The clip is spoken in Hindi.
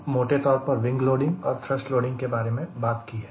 हमने मोटे तौर पर विंग लोडिंग और थ्रस्ट लोडिंग के बारे बात की है